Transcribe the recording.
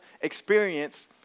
experience